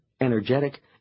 energetic